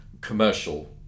commercial